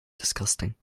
disgusting